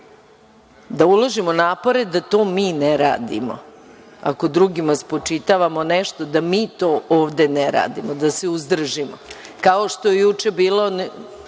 da uložimo napore da mi to ne radimo, ako drugima spočitavamo nešto da mi to ne radimo, da se uzdržimo, kao što je juče bilo